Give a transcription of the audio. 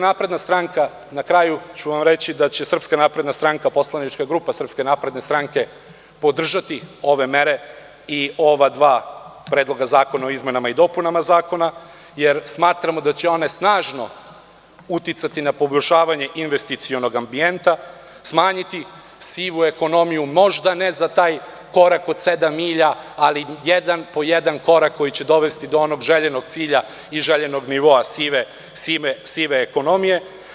Na kraju ću vam reći da će poslanička grupa SNS podržati ove mere i ova dva predloga zakona o izmenama i dopunama zakona, jer smatramo da će one snažno uticati na poboljšavanje investicionog ambijenta, smanjiti sivu ekonomiju, možda ne za taj korak od sedam milja, ali jedan po jedan korak koji će dovesti do onog željenog cilja i željenog nivoa sive ekonomije.